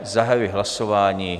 Zahajuji hlasování.